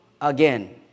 again